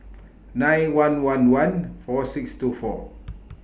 nine one one one four six two four